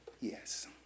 yes